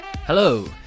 Hello